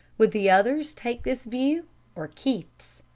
would the others take this view or keith's?